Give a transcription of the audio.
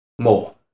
more